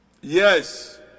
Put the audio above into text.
Yes